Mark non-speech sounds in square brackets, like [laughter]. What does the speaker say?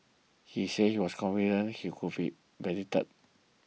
he said he was confident he would be [unintelligible]